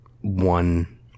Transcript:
one